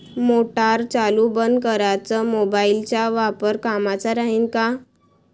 Motor चालू बंद कराच मोबाईलचा वापर कामाचा राहीन का?